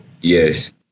Yes